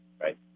Right